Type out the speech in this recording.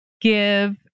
give